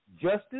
Justice